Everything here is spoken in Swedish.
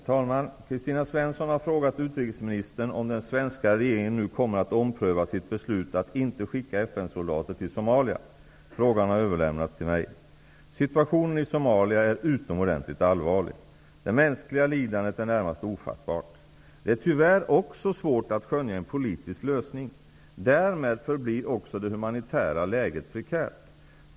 Herr talman! Kristina Svensson har frågat utrikesministern om den svenska regeringen nu kommer att ompröva sitt beslut att inte skicka FN soldater till Somalia. Frågan har överlämnats till mig. Situationen i Somalia är utomordentligt allvarlig. Det mänskliga lidandet är närmast ofattbart. Det är tyvärr också svårt att skönja en politisk lösning -- därmed förblir också det humanitära läget prekärt.